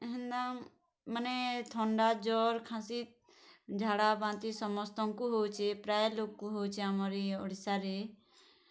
ହେନ୍ତା ମାନେ ଥଣ୍ଡା ଜର୍ ଖାଁସି ଝାଡ଼ା ବାନ୍ତି ସମସ୍ତଙ୍କୁ ହଉଛେ ପ୍ରାୟ ଲୁକ୍ଙ୍କୁ ହଉଛେ ଆମର୍ ଇ ଓଡ଼ିଶାରେ